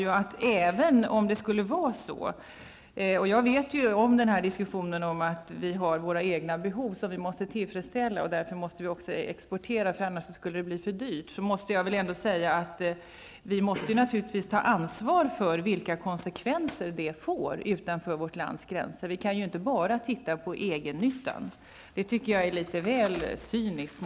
Jag känner till diskussionen om att vi i Sverige har egna behov som vi måste tillfredsställa och att vi därför måste exportera, eftersom det annars skulle bli för dyrt. Även om det skulle vara så måste vi naturligtvis ta ansvar för de konsekvenser detta får utanför vårt lands gränser. Vi kan ju inte enbart se till egennyttan. Det tycker jag är litet väl cyniskt.